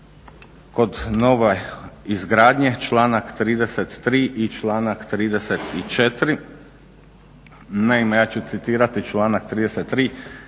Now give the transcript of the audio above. kod nove izgradnje, članak 33. i članak 34. Naime ja ću citirati članak 33.,